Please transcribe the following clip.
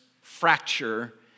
fracture